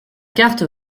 carte